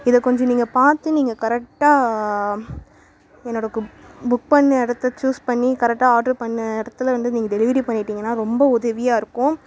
இதை கொஞ்சம் நீங்கள் பார்த்து நீங்கள் கரெக்டாக என்னோட புக் பண்ண இடத்த சூஸ் பண்ணி கரெக்டாக ஆர்ட்ரு பண்ண இடத்துலருந்து நீங்கள் டெலிவரி பண்ணிட்டிங்கனா ரொம்ப உதவியாயிருக்கும்